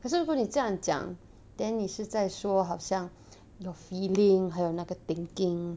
可是如果你这样讲 then 你是在说好像 your feeling 还有那个 thinking